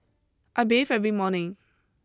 I bathe every morning